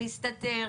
להסתתר,